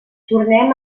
tornem